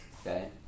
Okay